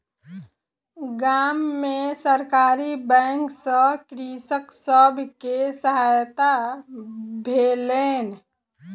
गाम में सरकारी बैंक सॅ कृषक सब के सहायता भेलैन